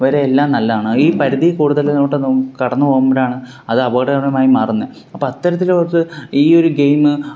വരെ എല്ലാം നല്ലതാണ് ഈ പരിധിയിൽ കൂടുതൽ ഒട്ടും നമുക്ക് കടന്ന് പോകുമ്പഴാണ് അത് അപകടകരമായി മാറുന്നത് അപ്പം അത്തത്തിലവർക്ക് ഈ ഒരു ഗെയിമ്